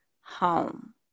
home